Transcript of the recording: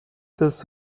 des